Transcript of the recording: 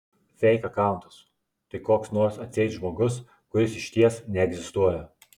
feik akauntas tai koks nors atseit žmogus kuris išties neegzistuoja